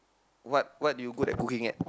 what what you good at cooking at